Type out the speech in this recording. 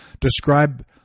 describe